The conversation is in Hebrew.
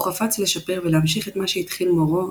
הוא חפץ לשפר ולהמשיך את מה שהתחיל מורו,